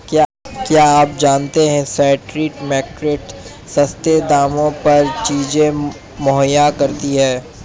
क्या आप जानते है स्ट्रीट मार्केट्स सस्ते दामों पर चीजें मुहैया कराती हैं?